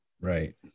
Right